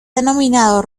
denominado